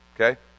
Okay